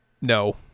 no